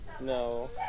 No